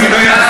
אני לא אעשה,